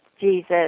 Jesus